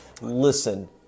Listen